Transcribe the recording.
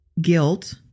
guilt